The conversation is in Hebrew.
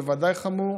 בוודאי חמור,